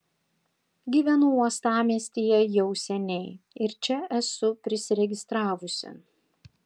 gyvenu uostamiestyje jau seniai ir čia esu prisiregistravusi